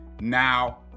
now